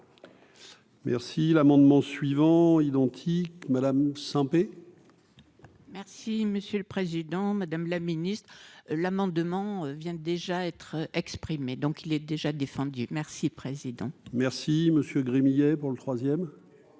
Merci l'amendement suivant identique, madame Saint-Pé. Merci monsieur le Président, Madame la Ministre, l'amendement vient déjà être exprimé, donc il est déjà défendu merci président. Merci monsieur Gremillet pour le 3ème